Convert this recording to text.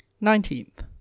Nineteenth